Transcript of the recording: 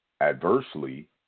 Adversely